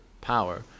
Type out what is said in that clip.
power